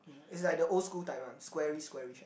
is like the old school type one squarish squarish one